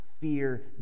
fear